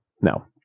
No